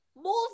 more